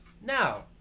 Now